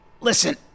Listen